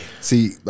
See